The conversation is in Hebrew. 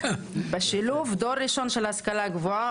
בשילוב דור ראשון של השכלה גבוהה